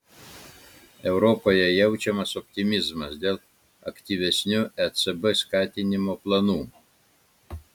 europoje jaučiamas optimizmas dėl aktyvesnių ecb skatinimo planų